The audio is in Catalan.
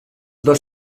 dos